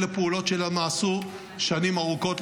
אלה פעולות שלא נעשו שנים ארוכות,